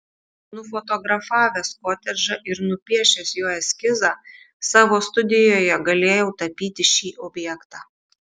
nufotografavęs kotedžą ir nupiešęs jo eskizą savo studijoje galėjau tapyti šį objektą